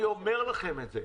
אני אומר לכם את זה.